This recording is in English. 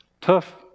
tough